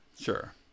sure